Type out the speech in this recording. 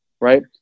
right